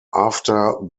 after